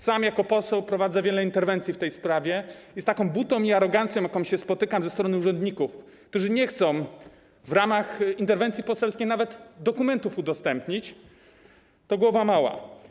Sam jako poseł prowadzę wiele interwencji w tej sprawie i ta buta i arogancja, z jaką się spotykam ze strony urzędników, którzy mi nie chcą w ramach interwencji poselskiej nawet udostępnić dokumentów, to głowa mała.